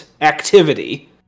activity